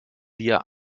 dir